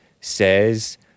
says